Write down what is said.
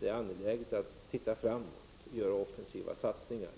Det är angeläget att nu se framåt och göra offensiva satsningar.